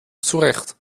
zurecht